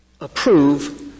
approve